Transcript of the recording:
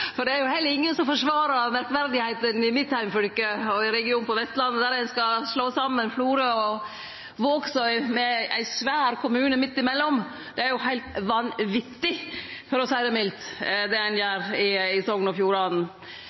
forsvare. Eg kan jo fortsetje der førre talar slapp, for det er heller ingen som forsvarar det merkverdige som gjeld mitt heimfylke og regionen på Vestlandet, der ein skal slå saman Flora og Vågsøy med ein svær kommune midt imellom. Det er heilt vanvettig, for å seie det mildt, det ein gjer i Sogn og Fjordane.